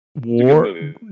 War